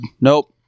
Nope